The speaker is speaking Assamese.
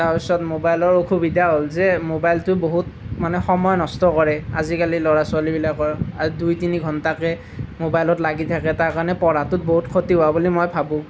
তাৰপিছত ম'বাইলৰ অসুবিধা হ'ল যে ম'বাইলটো বহুত মানে সময় নষ্ট কৰে আজিকালি ল'ৰা ছোৱালীবিলাকৰ দুই তিনি ঘণ্টাকে ম'বাইলত লাগি থাকে তাৰ কাৰণে পঢ়াটোত বহুত খতি হোৱা বুলি মই ভাবোঁ